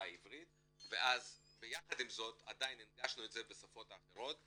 העברית ויחד עם זאת עדיין הנגשנו את זה בשפות האחרות,